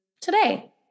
today